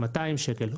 200 שקל.